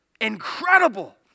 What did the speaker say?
incredible